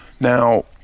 Now